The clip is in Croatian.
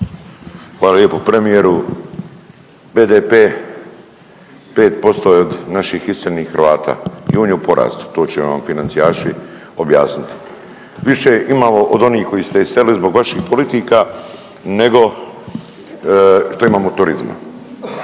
Hvala lijepo. Premijeru, BDP 5% je od naših iseljenih Hrvata i on je u porastu, to će vam financijaši objasniti. Više imamo od onih koje ste iselili zbog vaših politika nego što imamo turizma.